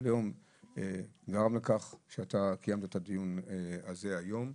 היום גרם לכך שאתה קיימת את הדיון הזה היום.